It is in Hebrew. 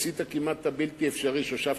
עשית כמעט את הבלתי-אפשרי כשהושבת